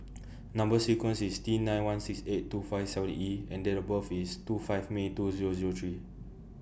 Number sequence IS T nine one six eight two five seven E and Date of birth IS two five May two Zero Zero three